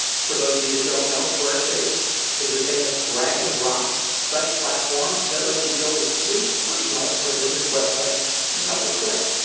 for those of you that don't know, squarespace is the famous drag and drop site platform that lets you build a sleek personal or business website in a couple of clicks.